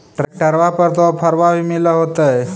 ट्रैक्टरबा पर तो ओफ्फरबा भी मिल होतै?